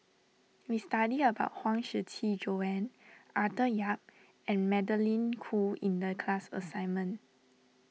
we studied about Huang Shiqi Joan Arthur Yap and Magdalene Khoo in the class assignment